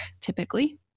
typically